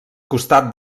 costat